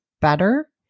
better